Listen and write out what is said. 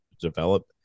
develop